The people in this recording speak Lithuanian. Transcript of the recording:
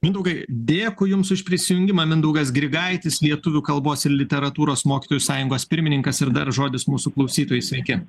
mindaugai dėkui jums už prisijungimą mindaugas grigaitis lietuvių kalbos ir literatūros mokytojų sąjungos pirmininkas ir dar žodis mūsų klausytojui sveiki